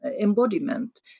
embodiment